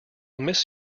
miss